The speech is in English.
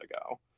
ago